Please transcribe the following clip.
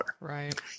Right